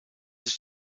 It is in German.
sich